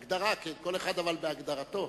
שכל אחד בהגדרתו,